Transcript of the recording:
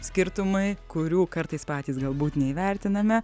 skirtumai kurių kartais patys galbūt neįvertiname